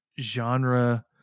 genre